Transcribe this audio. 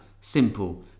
Simple